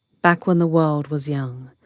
back when the world was young,